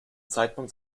zeitpunkt